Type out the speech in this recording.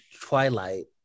twilight